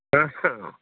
ହଁ ହଁ